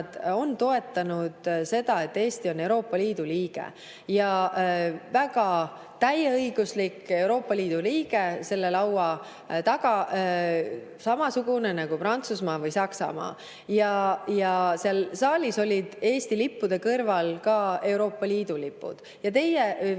on toetanud seda, et Eesti on Euroopa Liidu liige, ja väga täieõiguslik Euroopa Liidu liige selle laua taga – samasugune nagu Prantsusmaa või Saksamaa. Seal saalis olid Eesti lippude kõrval ka Euroopa Liidu lipud. Teie viisite